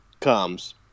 comes –